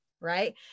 right